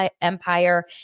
empire